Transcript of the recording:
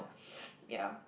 yeah